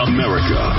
America